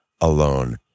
alone